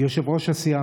יושב-ראש הסיעה.